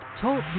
Talk